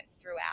throughout